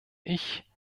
ich